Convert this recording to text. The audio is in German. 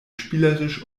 spielerisch